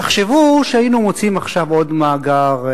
תחשבו שהיינו מוצאים עכשיו עוד מאגר,